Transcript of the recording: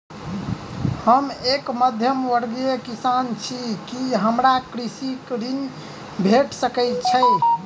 हम एक मध्यमवर्गीय किसान छी, की हमरा कृषि ऋण भेट सकय छई?